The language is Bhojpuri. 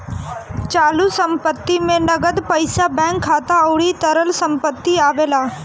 चालू संपत्ति में नगद पईसा बैंक खाता अउरी तरल संपत्ति आवेला